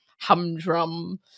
humdrum